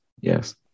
Yes